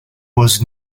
was